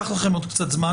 גם זה ייקח לכם עוד קצת זמן.